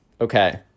Okay